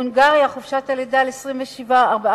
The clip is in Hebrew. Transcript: בהונגריה חופשת הלידה היא 27 שבועות,